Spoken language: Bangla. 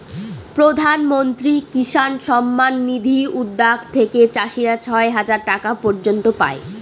প্রধান মন্ত্রী কিষান সম্মান নিধি উদ্যাগ থেকে চাষীরা ছয় হাজার টাকা পর্য়ন্ত পাই